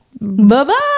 Bye-bye